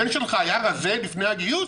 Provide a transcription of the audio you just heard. הבן שלך היה רזה לפני הגיוס?